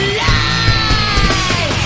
lie